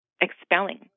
expelling